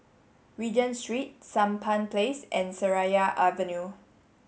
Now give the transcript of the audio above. Regent Street Sampan Place and Seraya Avenue